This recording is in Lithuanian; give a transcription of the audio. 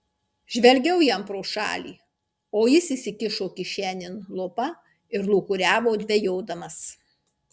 žvelgiau jam pro šalį o jis įsikišo kišenėn lupą ir lūkuriavo dvejodamas